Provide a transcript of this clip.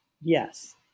Yes